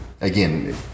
Again